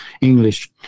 English